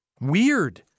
Weird